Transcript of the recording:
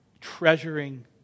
treasuring